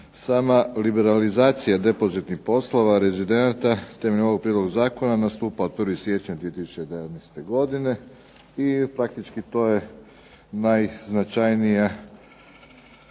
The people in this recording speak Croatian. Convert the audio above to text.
Sama liberalizacija depozitnih poslova, rezidenta temeljem ovog prijedloga zakona nastupa od 1. siječnja 2011. godine i praktički to je najznačajnija